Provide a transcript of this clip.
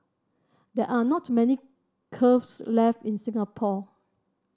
there are not many left in Singapore